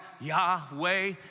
Yahweh